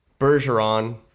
Bergeron